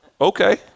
Okay